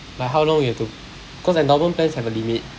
like how long you have to cause endowment plans have a limit